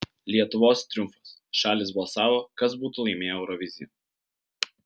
lietuvos triumfas šalys balsavo kas būtų laimėję euroviziją